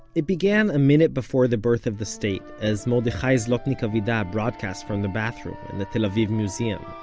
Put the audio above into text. it began a minute before the birth of the state as mordechai zlotnik-avida broadcasted from the bathroom in the tel aviv museum,